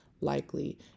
likely